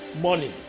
money